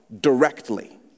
directly